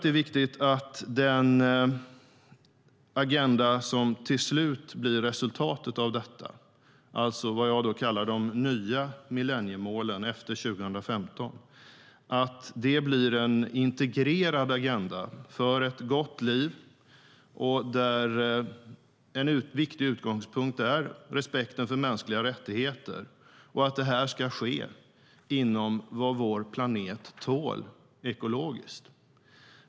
Det är viktigt att den agenda som till slut blir resultatet, det som jag kallar de nya millenniemålen efter 2015, blir en integrerad agenda för ett gott liv, där en viktig utgångspunkt är respekten för mänskliga rättigheter och att det här ska ske inom vad vår planet tål ekologiskt.